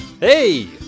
Hey